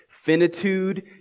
Finitude